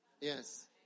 Yes